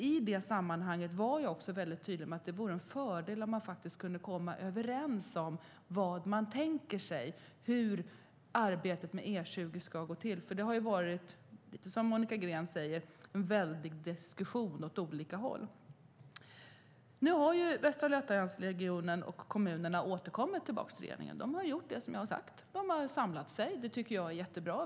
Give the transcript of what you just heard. I det sammanhanget var jag tydlig med att det vore en fördel om de kunde komma överens om hur man tänker sig att arbetet med E20 ska gå till, för som Monica Green sade har det varit väldiga diskussioner åt olika håll. Nu har Västra Götalandsregionen och kommunerna återkommit till regeringen. De har gjort de jag sade och samlat sig, vilket är bra.